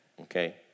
Okay